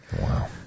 Wow